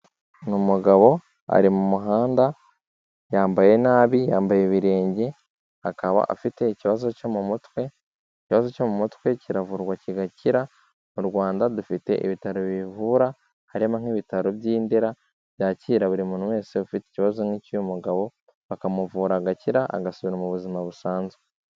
Ni umugabo ari mu muhanda, yambaye nabi, yambaye ibirenge, akaba afite ikibazo cyo mu mutwe, ikibazo cyo mu mutwe kiravurwa kigakira, mu Rwanda dufite ibitaro bivura, harimo nk'ibitaro by'i Ndera, byakira buri muntu wese ufite ikibazo nk'icyuyu mugabo, bakamuvura agakira agasubira mu buzima busanzwe.